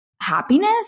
happiness